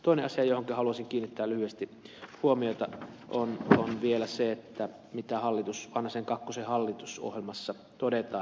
toinen asia johonka haluaisin kiinnittää lyhyesti huomiota on vielä se mitä vanhasen kakkosen hallitusohjelmassa todetaan